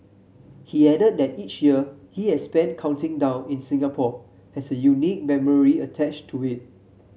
he added that each year he has spent counting down in Singapore has a unique memory attached to it